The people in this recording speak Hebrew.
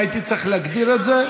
אם הייתי צריך להגדיר את זה,